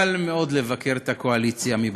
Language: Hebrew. קל מאוד לבקר את הקואליציה מבחוץ,